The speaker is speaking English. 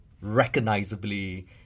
recognizably